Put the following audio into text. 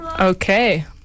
Okay